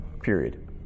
period